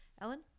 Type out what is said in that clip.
Ellen